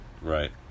Right